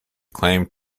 claimed